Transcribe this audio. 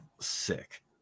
sick